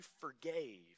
forgave